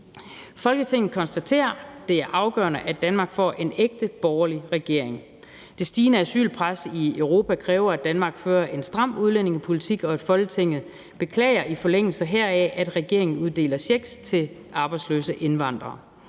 »Folketinget konstaterer, at det er afgørende, at Danmark får en ægte borgerlig regering. Det stigende asylpres på Europa kræver, at Danmark fører en stram udlændingepolitik, og Folketinget beklager i forlængelse heraf, at regeringen uddeler checks til arbejdsløse indvandrere.